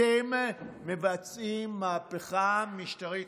אתם מבצעים מהפכה משטרית,